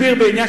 סִידִי.